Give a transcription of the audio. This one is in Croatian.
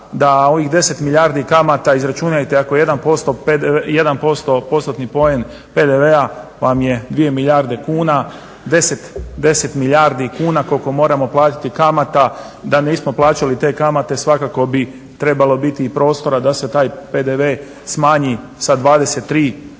da ovih 10 milijardi kamata izračunajte ako 1%-tni poen PDV-a vam je dvije milijarde kuna, 10 milijardi kuna koliko moramo platiti kamata da nismo plaćali te kamate svakako bi trebalo biti i prostora da se taj PDV smanji sa 23 na možda